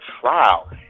trial